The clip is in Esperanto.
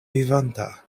vivanta